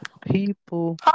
people